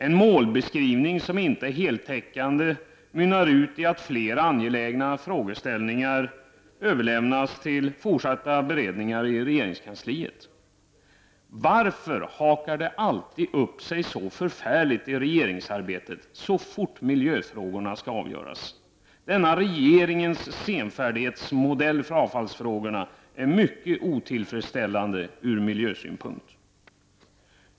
En målbeskrivning som inte är heltäckande mynnar ut i att flera angelägna frågeställningar överlämnas till fortsätta beredningar i regeringskansliet. Varför hakar det alltid upp sig så förfärligt i regeringsarbetet så fort miljöfrågorna skall avgöras? Denna regeringens senfärdighetsmodell för avfallsfrågorna är mycket otillfredsställande från miljösynpunkt.